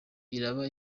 iraba